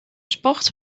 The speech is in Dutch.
sport